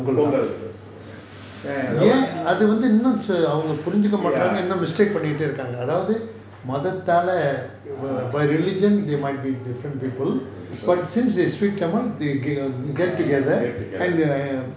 ya அது வந்து புரிஞ்சிக்க மாட்டிங்குறாங்க இன்னும்:athu vanthu purinjika maatinguranga inum mistake பண்ணிட்டே இருகாங்க மாதத்தில:pannitae irukaanga maathathala by religion they might be different people but since they speak tamil they will get together